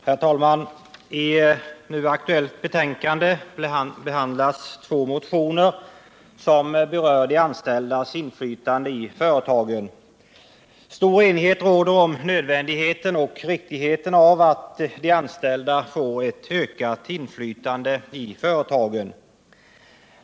Herr talman! I det betänkande som nu är aktuellt behandlas två motioner som berör de anställdas inflytande i företagen. Stor enighet råder om nödvändigheten och riktigheten av att de anställda får ett ökat inflytande i företagen.